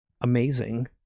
amazing